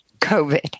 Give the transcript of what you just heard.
COVID